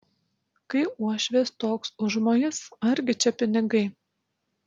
kai uošvės toks užmojis argi čia pinigai